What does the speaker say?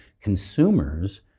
consumers